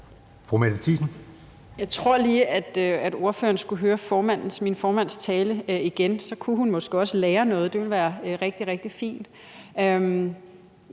Jeg tror lige, at ordføreren skulle høre min formands tale igen, for så kunne hun måske også lære noget – det ville være rigtig, rigtig fint.